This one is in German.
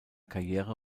karriere